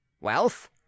Wealth